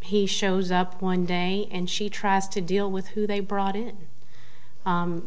pe shows up one day and she tries to deal with who they brought in